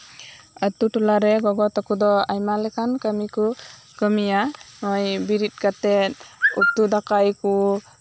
ᱟᱛᱳ ᱴᱚᱞᱟᱨᱮᱱ ᱜᱚᱜᱚ ᱛᱟᱠᱚ ᱟᱭᱢᱟ ᱞᱮᱠᱟᱱ ᱠᱟᱹᱢᱤ ᱠᱚ ᱠᱟᱹᱢᱤᱭᱟ ᱱᱚᱜᱼᱚᱭ ᱵᱮᱨᱮᱫ ᱠᱟᱛᱮᱜ ᱩᱛᱩ ᱫᱟᱠᱟᱭᱟᱠᱚ